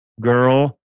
girl